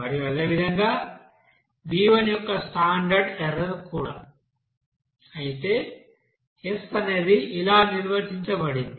మరియు అదేవిధంగా b1 యొక్క స్టాండర్డ్ ఎర్రర్ కూడా అయితే S అనేది ఇలా నిర్వచించబడింది